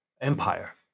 empire